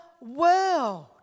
world